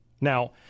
Now